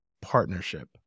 partnership